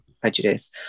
prejudice